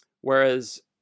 Whereas